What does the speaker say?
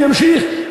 אם ימשיך,